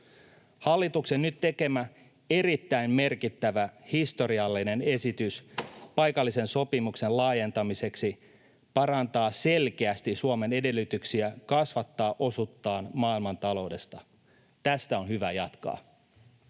Hallituksen nyt tekemä erittäin merkittävä historiallinen esitys paikallisen sopimuksen laajentamiseksi parantaa selkeästi Suomen edellytyksiä kasvattaa osuuttaan maailmantaloudesta. Tästä on hyvä jatkaa.